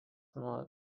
nuo